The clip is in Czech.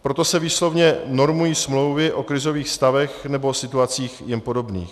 Proto se výslovně normují smlouvy o krizových stavech nebo situacích jim podobných.